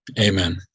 amen